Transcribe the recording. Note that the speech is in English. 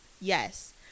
yes